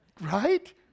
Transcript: Right